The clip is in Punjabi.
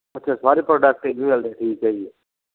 ਅੱਛਾ ਸਾਰੇ ਪ੍ਰੋਡਕਟ ਹੈਗੇ ਮਿਲਦੇ ਠੀਕ ਹੈ ਜੀ